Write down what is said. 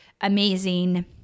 amazing